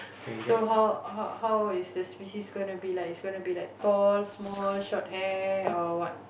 so how how how is the species gonna be like is it gonna be like tall small short hair or what